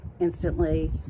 instantly